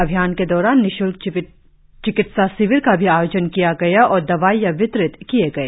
अभियान के दौरान निश्ल्क चिकित्सा शिविर का भी आयोजन किया गया और दवाईया वितरित किए गए